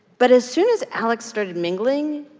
but as soon as alex started mingling,